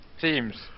teams